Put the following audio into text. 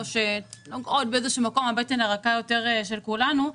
או שהן נוגעות באיזה שהוא מקום בבטן הרכה יותר של כולנו,